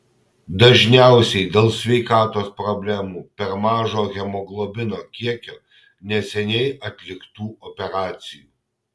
dažniausiai dėl sveikatos problemų per mažo hemoglobino kiekio neseniai atliktų operacijų